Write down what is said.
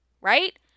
Right